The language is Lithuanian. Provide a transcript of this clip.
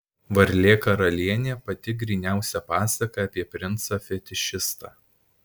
varlė karalienė pati gryniausia pasaka apie princą fetišistą